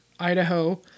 Idaho